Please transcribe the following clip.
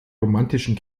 romantischen